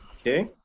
okay